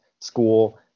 School